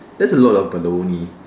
that's a lot of baloney